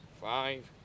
five